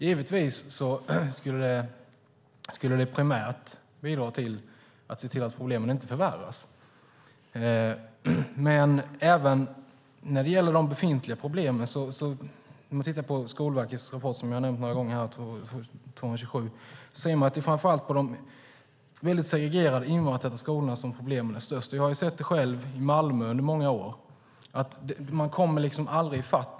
Givetvis skulle det primärt bidra till att se till att problemen inte förvärras. Även när det gäller de befintliga problemen kan vi av Skolverkets rapport se att det är främst i de segregerade invandrartäta skolorna som problemen är störst. Jag har i många år sett problemen i Malmö. Man kommer aldrig i fatt.